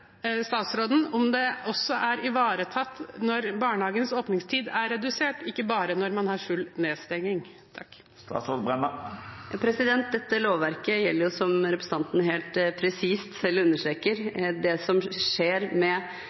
statsråden om det også er ivaretatt når barnehagens åpningstid er redusert, ikke bare når man har full nedstengning. Som representanten helt presist selv understreker, beskriver dette lovverket hvilke lover som